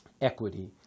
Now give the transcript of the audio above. equity